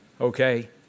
okay